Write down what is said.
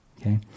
okay